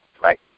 Right